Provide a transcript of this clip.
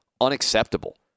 unacceptable